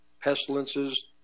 pestilences